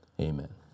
Amen